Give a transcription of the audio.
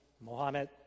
Mohammed